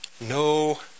No